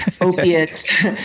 opiates